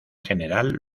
general